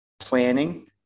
Planning